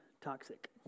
toxic